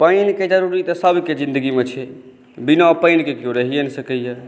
पानिके ज़रूरी तऽ सभके ज़िंदगीमे छै बिना पानिके किओ रहिए नहि सकैए